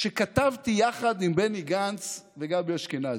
שכתבתי יחד עם בני גנץ וגבי אשכנזי.